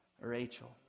Rachel